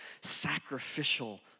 sacrificial